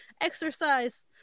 exercise